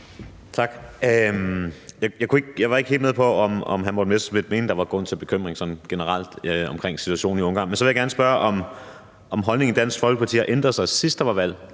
Tak. Jeg var ikke helt med på, om hr. Morten Messerschmidt mente, at der sådan generelt var grund til bekymring med hensyn til situationen i Ungarn. Men så vil jeg gerne spørge, om holdningen i Dansk Folkeparti har ændret sig. Sidst der var valg